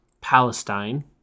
Palestine